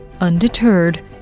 Undeterred